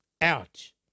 Ouch